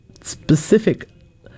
specific